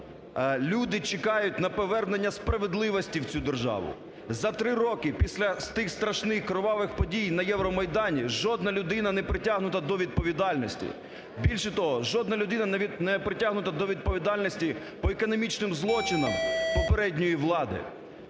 Люди чекають на повернення справедливості в цю державу. За три роки після тих страшних кровавих подій на Євромайдані жодна людина не притягнута до відповідальності. Більше того, жодна людина не притягнута до відповідальності по економічним злочинам попередньої влади.